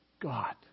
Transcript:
God